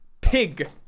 Pig